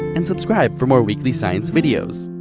and subscribe for more weekly science videos.